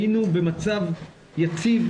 היינו במצב יציב,